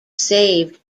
saved